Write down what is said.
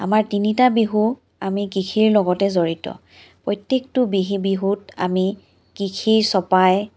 আমাৰ তিনিটা বিহু আমি কৃষিৰ লগতে জড়িত প্ৰত্যেকটো বিহি বিহুত আমি কৃষি চপাই